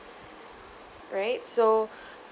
right so